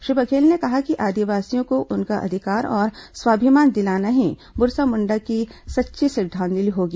श्री बघेल ने कहा कि आदिवासियों को उनका अधिकार और स्वाभिमान दिलाना ही बिरसा मुण्डा को सच्ची श्रद्वांजलि होगी